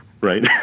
right